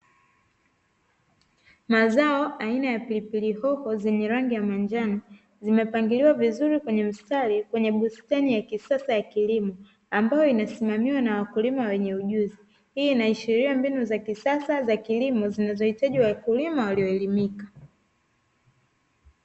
Mazao aina ya pilipili hoho zenye rangi ya manjano zimepangiliwa vizuri kwenye mstari kwenye bustani ya kisasa ya kilimo ambayo inasimamiwa na wakulima wenye ujuzi, hii inaashiria mbinu za kisasa za kilimo zinazohitaji wakulima walioelimika.